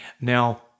Now